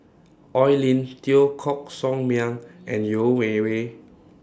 Oi Lin Teo Koh Sock Miang and Yeo Wei Wei